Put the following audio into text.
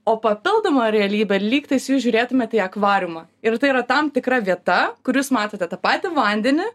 o papildoma realybė lygtais jūs žiūrėtumėt į akvariumą ir tai yra tam tikra vieta kur jūs matėte tą patį vandenį